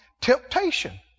temptation